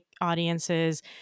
audiences